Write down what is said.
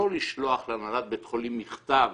לא לשלוח להנהלת בית חולים מכתב: